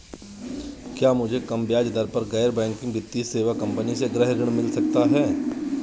क्या मुझे कम ब्याज दर पर गैर बैंकिंग वित्तीय सेवा कंपनी से गृह ऋण मिल सकता है?